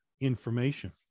information